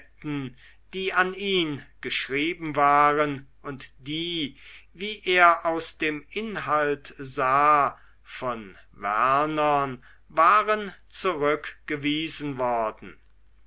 die an ihn geschrieben waren und die wie er aus dem inhalt sah von wernern waren zurückgewiesen worden